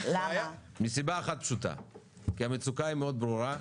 מסיבה אחת פשוטה כי המצוקה היא מאוד ברורה,